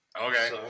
okay